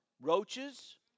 roaches